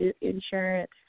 insurance